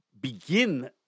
begin